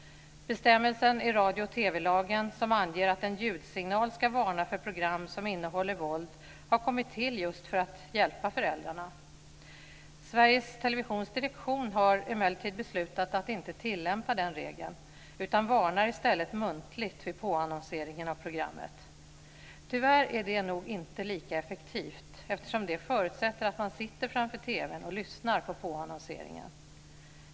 Bestämmelsen i radio och TV lagen som anger att en ljudsignal ska varna för program som innehåller våld har kommit till just för att hjälpa föräldrarna. Sveriges Televisions direktion har emellertid beslutat att inte tillämpa den regeln utan varnar i stället muntligt vid påannonseringen av programmet. Tyvärr är det nog inte lika effektivt, eftersom det förutsätter att man sitter framför TV:n och lyssnar på påannonseringen.